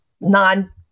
non